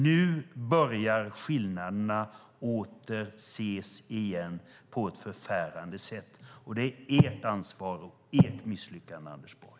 Nu börjar skillnaderna åter ses på ett förfärande sätt. Det är ert ansvar och ert misslyckande, Anders Borg.